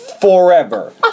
forever